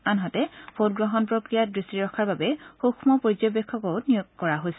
আনহাতে ভোটগ্ৰহণ প্ৰক্ৰিয়াত দৃষ্টি ৰখাৰ বাবে সুক্ষ্ম পৰ্যবেক্ষকো নিয়োগ কৰা হৈছে